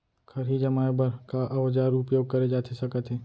खरही जमाए बर का औजार उपयोग करे जाथे सकत हे?